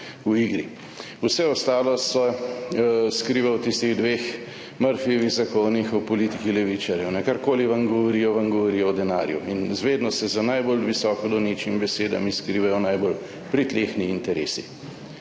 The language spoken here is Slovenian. Vse ostalo se skriva v tistih dveh Murphyjevih zakonih o politiki levičarjev. Karkoli vam govorijo, vam govorijo o denarju in vedno se za najbolj visoko donečimi besedami skrivajo najbolj pritlehni interesi.